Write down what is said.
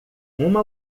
uma